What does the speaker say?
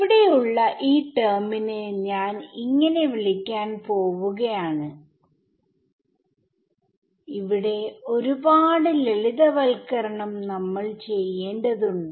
ഇവിടെ ഉള്ള ഈ ടെർമിനെ ഞാൻ ഇങ്ങനെ വിളിക്കാൻ പോവുകയാണ് ഇവിടെ ഒരുപാട് ലളിതവൽക്കരണം നമ്മൾ ചെയ്യേണ്ടതുണ്ട്